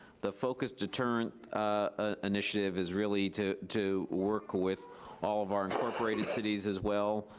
the focused deterrent ah initiative is really to to work with all of our incorporated cities as well?